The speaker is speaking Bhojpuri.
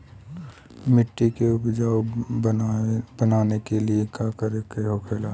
मिट्टी के उपजाऊ बनाने के लिए का करके होखेला?